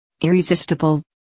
Irresistible